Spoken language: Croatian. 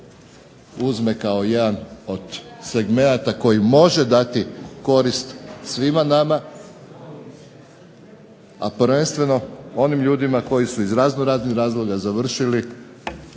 uzme kao jedan od segmenata koji može dati korist svima nama, a prvenstveno onim ljudima koji su iz razno raznih razloga završili